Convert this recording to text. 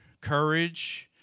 courage